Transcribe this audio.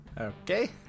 Okay